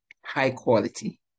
high-quality